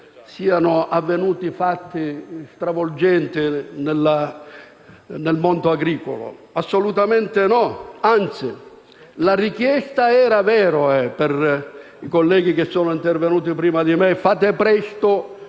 siano avvenuti fatti eclatanti nel mondo agricolo, assolutamente no; anzi la richiesta - vero è, per i colleghi che sono intervenuti prima di me - era